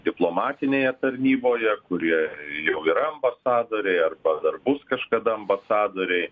diplomatinėje tarnyboje kurie jau yra ambasadoriai arba dar bus kažkada ambasadoriai